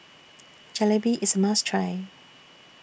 Jalebi IS A must Try